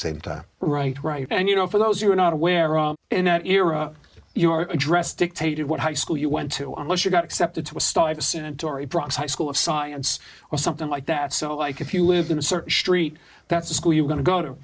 same time right right and you know for those who were not aware all in that era your address dictated what high school you went to unless you got accepted to a stuyvesant ory bronx high school of science or something like that so like if you lived in a certain street that's the school you're going to go to